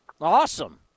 Awesome